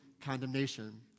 condemnation